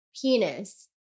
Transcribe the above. penis